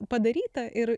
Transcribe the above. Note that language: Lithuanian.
padaryta ir